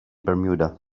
bermuda